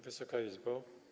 Wysoka Izbo!